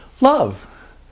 love